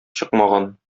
чыкмаган